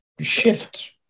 shift